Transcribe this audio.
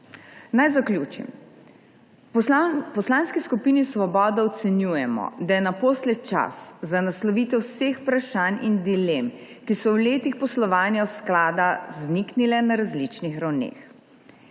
Naj zaključim. V Poslanski skupini Svoboda ocenjujemo, da je naposled čas za naslovitev vseh vprašanj in dilem, ki so v letih poslovanja sklada vzniknile na različnih ravneh.